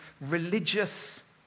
religious